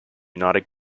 united